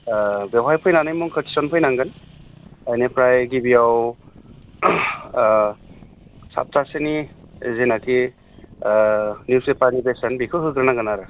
ओह बेवहाय फैनानै मुंखौ थिसनफैनांगोन बेनिफ्राय गिबियाव ओह सादथासोनि जायनाखि ओह निउस पेपारनि बेसेन बेखौ होग्रोनांगोन आरो